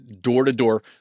door-to-door